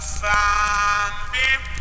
sunbeam